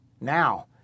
Now